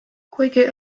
kuigi